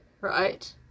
Right